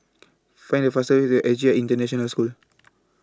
Find The fastest Way to S J I International School